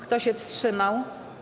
Kto się wstrzymał?